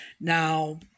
Now